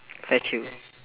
fetch you